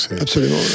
Absolument